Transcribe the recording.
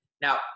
Now